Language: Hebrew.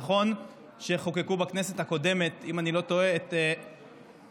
נכון שחוקקו בכנסת הקודמת, אם אני לא טועה, את חוק